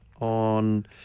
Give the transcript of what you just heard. on